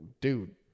dude